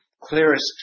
clearest